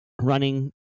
running